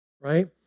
right